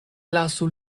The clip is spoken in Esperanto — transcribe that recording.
lasu